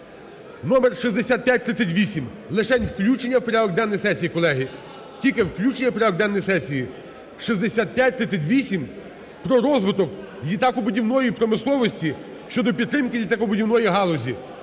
(номер 6538). Лишень включення в порядок денний сесії, колеги. Тільки включення в порядок денний сесії (6538) "Про розвиток літакобудівної промисловості" щодо підтримки літакобудівної галузі".